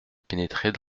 pénétrait